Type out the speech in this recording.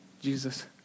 Jesus